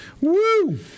Woo